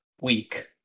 week